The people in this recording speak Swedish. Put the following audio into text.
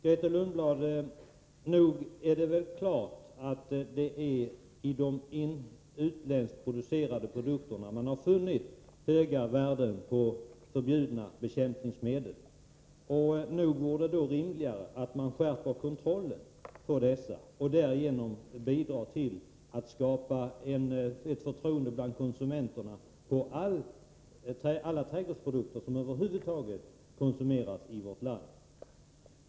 Nog är det väl klart, Grethe Lundblad, att det är i de utländskt producerade produkterna man har funnit höga värden av förbjudna bekämpningsmedel. Det vore därför rimligare att man skärpte kontrollen för dessa och därigenom bidrog till att skapa ett förtroende bland konsumenterna för alla trädgårdsprodukter som över huvud taget konsumeras i vårt land.